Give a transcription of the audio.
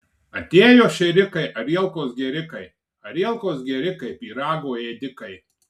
atėjo šėrikai arielkos gėrikai arielkos gėrikai pyrago ėdikai